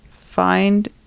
find